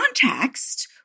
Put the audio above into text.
context